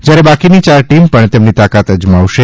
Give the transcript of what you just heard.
જયારે બાકીની ચાર ટીમ પણ તેમની તાકાત અજમાવશે